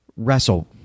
wrestle